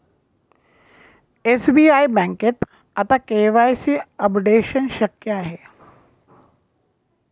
SBI बँकेत आता KYC updation शक्य आहे